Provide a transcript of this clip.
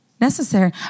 necessary